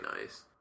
nice